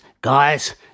guys